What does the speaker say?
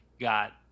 got